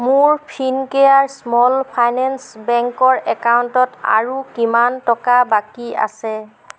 মোৰ Fincare small finance বেংকৰ একাউণ্টত আৰু কিমান টকা বাকী আছে